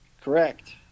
Correct